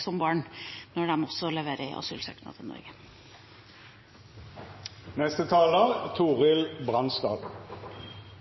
som barn når de også leverer asylsøknad til